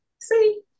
see